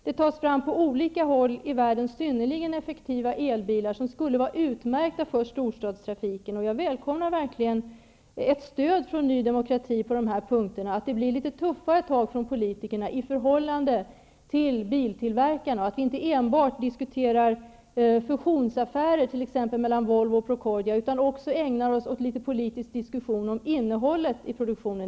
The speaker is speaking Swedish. Det tas på olika håll i världen fram synnerligen effektiva elbilar, som skulle vara utmärkta för storstadstrafiken. Jag välkomnar verkligen ett stöd från Ny Demokrati på de här punkterna, så att det blir litet tuffare tag från politikerna i förhållande till biltillverkarna och att vi inte enbart diskuterar fusionsaffärer t.ex. mellan Volvo och Procordia, utan också ägnar oss åt politisk diskussion om innehållet i produktionen.